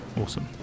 Awesome